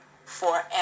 forever